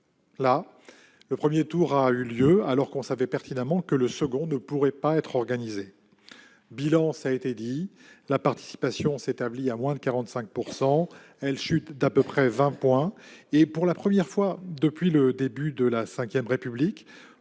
le premier tour a eu lieu alors que l'on savait pertinemment que le second ne pourrait être organisé. Résultat, la participation s'est établie à moins de 45 %, chutant d'à peu près vingt points. Pour la première fois depuis le début de la V République,